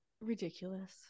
ridiculous